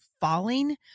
falling